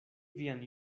vian